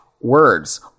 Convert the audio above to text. words